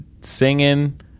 singing